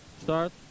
start